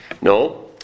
No